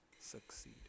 Succeed